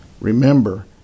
Remember